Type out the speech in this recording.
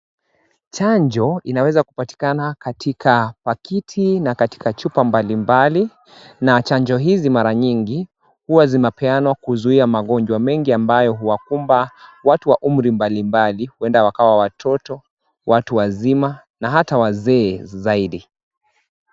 Chanjo inawezakupatikana katika pakiti na katika chupa mbalimbali. Na chanjo hizi mara nyingi huwa zinapeanwa kuzuia magonjwa mengi ambayo huwakumba, watu wa umri mbalimbali huenda wakawa watoto, watu wazima, na hata wazee zaidi.